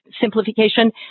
simplification